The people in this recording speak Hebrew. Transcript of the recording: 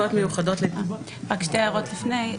רק שתי הערות לפני.